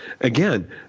again